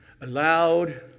allowed